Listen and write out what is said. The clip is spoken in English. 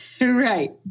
Right